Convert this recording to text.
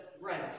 right